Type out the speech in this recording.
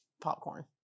Popcorn